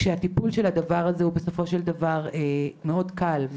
הטיפול בדבר הזה הוא בסופו של דבר מאוד קל,